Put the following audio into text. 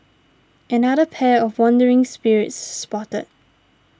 another pair of wandering spirits spotted